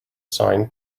sign